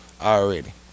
already